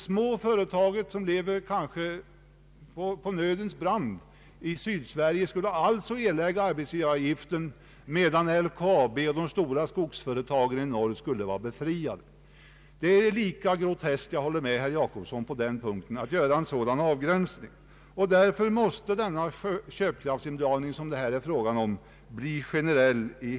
Små företag i Sydsverige som lever på nödens brant skulle alltså erlägga arbetsgivaravgiften, medan LKAB och de stora skogsföretagen i norr skulle vara befriade! Jag hävdar att det verkar groteskt att göra en sådan avgränsning. Därför måste den köpkraftsindragning det här är fråga om bli generell.